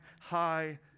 high